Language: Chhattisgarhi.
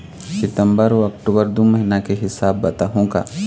सितंबर अऊ अक्टूबर दू महीना के हिसाब बताहुं का?